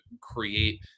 create